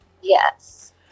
Yes